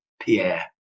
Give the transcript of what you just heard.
pierre